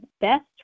best